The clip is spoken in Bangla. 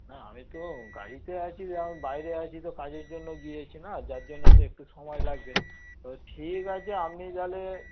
না আমি তো গাড়িতে আছি যে বাইরে আছি তো কাজের জন্য গিয়েছি না যার জন্য তো একটু সময় লাগবে তো ঠিক আছে আপনি তাহলে